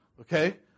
okay